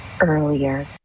earlier